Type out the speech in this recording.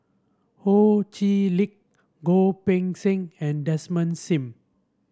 Ho Chee Lick Goh Poh Seng and Desmond Sim